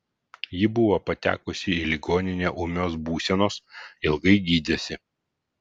ji buvo patekusi į ligoninę ūmios būsenos ilgai gydėsi